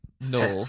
No